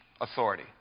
authority